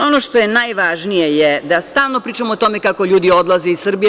Ono što je najvažnije je da stalno pričamo o tome kako ljudi odlaze iz Srbije.